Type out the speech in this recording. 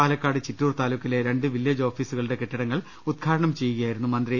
പാലക്കാട് ചിറ്റൂർ താലൂക്കിലെ രണ്ട് വില്ലേജ് ഓഫീസുകളുടെ കെട്ടിടങ്ങൾ ഉദ്ഘാടനം ചെയ്യുകയായിരുന്നു മന്ത്രി